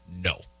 no